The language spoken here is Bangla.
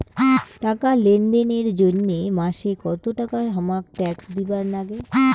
টাকা লেনদেন এর জইন্যে মাসে কত টাকা হামাক ট্যাক্স দিবার নাগে?